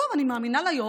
טוב, אני מאמינה ליו"ר.